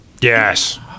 yes